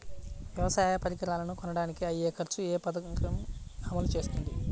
వ్యవసాయ పరికరాలను కొనడానికి అయ్యే ఖర్చు ఏ పదకము అమలు చేస్తుంది?